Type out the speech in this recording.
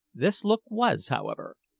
this look was, however,